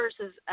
versus